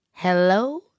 hello